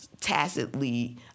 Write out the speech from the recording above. tacitly